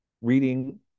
reading